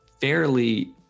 fairly